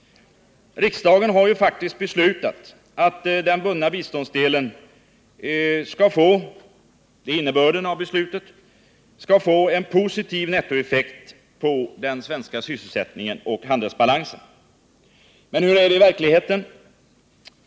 Riksdagen har ju beslutat att den bundna biståndsdelen skall få — det är innebörden av beslutet — en positiv nettoeffekt på den svenska sysselsättningen och handelsbalansen. Men hur är det i verkligheten?